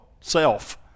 Self